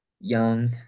young